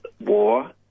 war